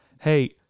Hey